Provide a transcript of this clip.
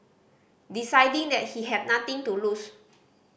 deciding that he had nothing to lose